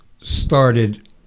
started